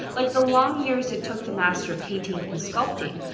like the long years it took to master painting and sculpting,